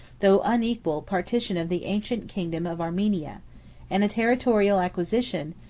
though unequal, partition of the ancient kingdom of armenia and a territorial acquisition,